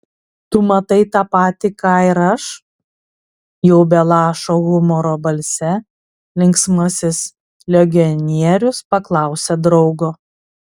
tu matai tą patį ką ir aš jau be lašo humoro balse linksmasis legionierius paklausė draugo